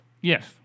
Yes